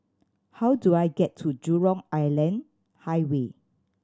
how do I get to Jurong Island Highway